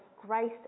grace